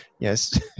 yes